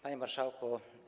Panie Marszałku!